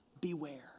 Beware